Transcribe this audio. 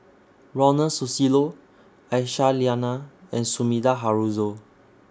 Ronald Susilo Aisyah Lyana and Sumida Haruzo